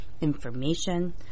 information